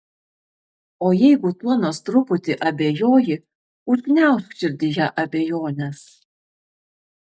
o jeigu tuo nors truputį abejoji užgniaužk širdyje abejones